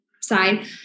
side